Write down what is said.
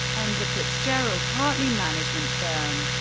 and the fitzgerald-hartley management firm.